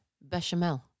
bechamel